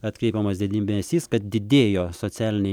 atkreipiamas dėmesys kad didėjo socialiniai